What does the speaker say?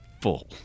full